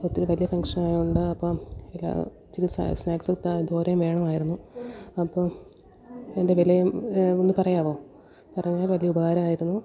ഒത്തിരി വലിയ ഫംഗ്ഷനായതുകൊണ്ട് അപ്പം ഇച്ചിരി സ്നാക്സും ദോശയും വേണമായിരുന്നു അപ്പോൾ അതിൻ്റെ വിലയും ഒന്നു പറയാമോ പറഞ്ഞാൽ വലിയ ഉപകാരമായിരുന്നു